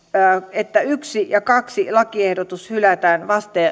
että ensimmäinen ja toinen lakiehdotus hylätään